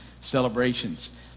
celebrations